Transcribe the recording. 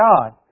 God